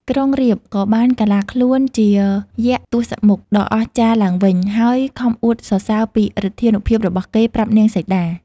ក្រុងរាពណ៍ ក៏បានកាឡាខ្លួនជា យក្សទសមុខដ៏អស្ចារ្យឡើងវិញ ហើយខំអួតសរសើរពីឫទ្ធានុភាពរបស់គេ ប្រាប់នាងសីតា។